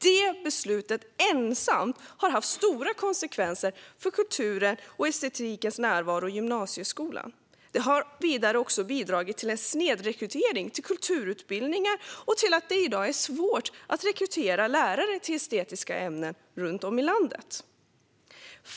Det beslutet ensamt har haft stora konsekvenser för kulturens och estetikens närvaro i gymnasieskolan. Det har vidare bidragit till en snedrekrytering till kulturutbildningar och till att det i dag är svårt att rekrytera lärare till estetiska ämnen runt om i landet.